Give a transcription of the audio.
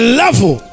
level